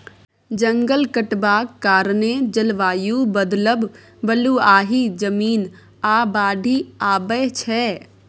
जंगल कटबाक कारणेँ जलबायु बदलब, बलुआही जमीन, आ बाढ़ि आबय छै